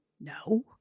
No